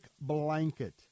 blanket